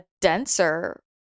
denser